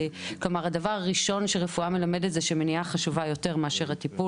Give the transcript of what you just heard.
הדבר הראשון שהרפואה מלמדת היא שהמניעה חשובה הרבה יותר מהטיפול,